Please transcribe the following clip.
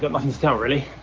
but nothing to tell, really.